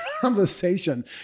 conversation